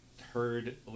heard